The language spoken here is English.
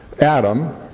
Adam